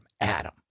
Adam